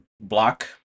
block